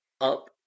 Up